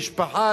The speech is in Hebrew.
משפחה,